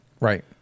Right